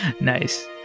Nice